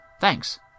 Thanks